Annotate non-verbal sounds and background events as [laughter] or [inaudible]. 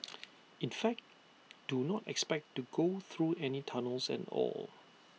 [noise] in fact do not expect to go through any tunnels at all